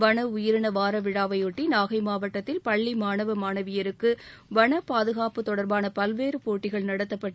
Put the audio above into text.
வனஉயிரின வாரவிழாவையொட்டி நாகை மாவட்டத்தில் பள்ளி மாணவ மாணவியருக்கு வனப்பாதுகாப்பு தொடர்பான பல்வேறு போட்டிகள் நடத்தப்பட்டு